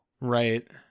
right